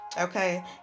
Okay